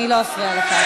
אני לא אפריע לך.